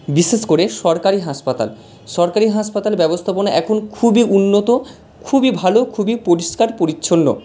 বিশেষ করে সরকারি হাসপাতাল সরকারি হাসপাতাল ব্যবস্থাপনা এখন খুবই উন্নত খুবই ভালো খুবই পরিষ্কার পরিচ্ছন্ন